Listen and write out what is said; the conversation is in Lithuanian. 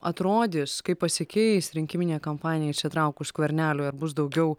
atrodys kaip pasikeis rinkiminė kampanija įsitraukus skverneliui ar bus daugiau